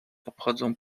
obchodzą